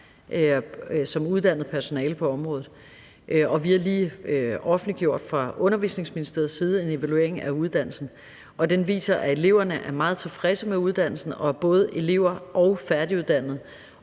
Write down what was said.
som uddannet personale på området. Vi har fra Undervisningsministeriets side lige offentliggjort en evaluering af uddannelsen, og den viser, at eleverne er meget tilfredse med uddannelsen, og at både elever og færdiguddannede